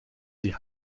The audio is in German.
sie